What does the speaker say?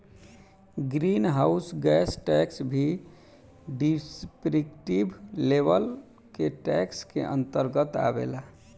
green house gas tax भी descriptive level के tax के अंतर्गत आवेला